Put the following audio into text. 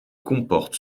comporte